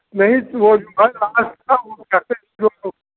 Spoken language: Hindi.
नहीं वो